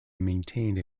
maintained